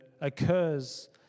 occurs